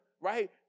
right